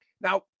Now